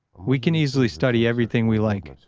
we can easily study everything we like,